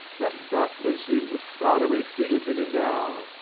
that butler seems a far-away figure to me now,